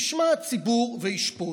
ישמע הציבור וישפוט.